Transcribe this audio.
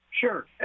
Sure